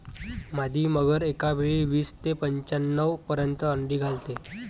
मादी मगर एकावेळी वीस ते पंच्याण्णव पर्यंत अंडी घालते